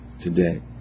today